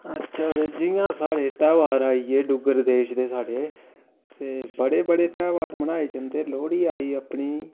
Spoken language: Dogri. अच्छा जियां साढ़ै त्योवार आई गे डुग्गर देश दे साढ़े ते बड़े बड़े त्योहार मनाए जन्दे लोह्ड़ी आई अपनी